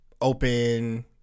open